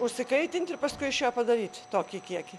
užsikaitint ir paskui iš jo padaryt tokį kiekį